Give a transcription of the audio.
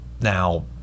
Now